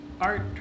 art